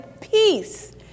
peace